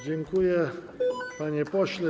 Dziękuję, panie pośle.